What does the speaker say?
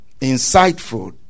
insightful